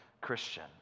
Christian